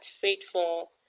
fateful